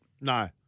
No